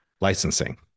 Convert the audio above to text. licensing